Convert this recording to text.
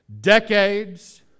decades